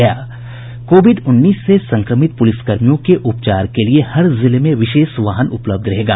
Covid उन्नीस से संक्रमित पुलिस कर्मियों के उपचार के लिए हर जिले में विशेष वाहन उपलब्ध रहेगा